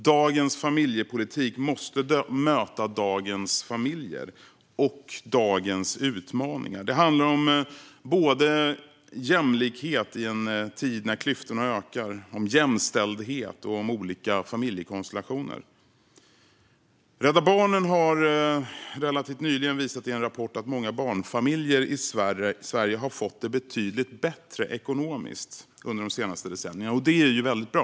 Dagens familjepolitik måste möta dagens familjer och dagens utmaningar. Det handlar om jämlikhet i en tid när klyftorna ökar, om jämställdhet och om olika familjekonstellationer. Rädda Barnen har relativt nyligen visat i en rapport att många barnfamiljer i Sverige har fått det betydligt bättre ekonomiskt under de senaste decennierna. Det är förstås väldigt bra.